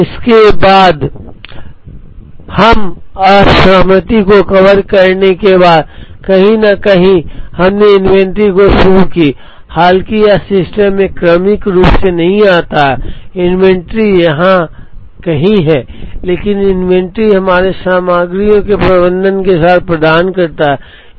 इसके बाद हम असहमति को कवर करने के बाद कहीं न कहीं हमने इन्वेंट्री शुरू की हालांकि यह सिस्टम में क्रमिक रूप से नहीं आता है इन्वेंट्री यहां कहीं है लेकिन इन्वेंट्री हमारे सामग्रियों के प्रबंधन के साथ प्रदान करता है